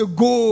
go